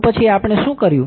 તો પછી આપણે શું કર્યું